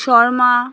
Sharma